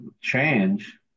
change